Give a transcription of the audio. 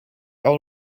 all